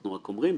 אנחנו רק אומרים,